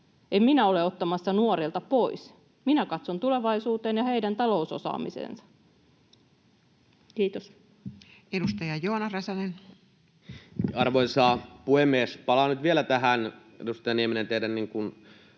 En minä ole ottamassa nuorilta pois. Minä katson tulevaisuuteen ja heidän talousosaamiseensa. — Kiitos. Edustaja Joona Räsänen. Arvoisa puhemies! Palaan nyt vielä, edustaja Nieminen, tähän